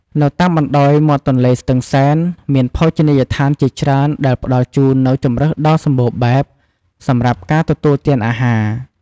នៅតាមបណ្ដោយមាត់ទន្លេស្ទឹងសែន មានភោជនីយដ្ឋានជាច្រើនដែលផ្តល់ជូននូវជម្រើសដ៏សម្បូរបែបសម្រាប់ការទទួលទានអាហារ។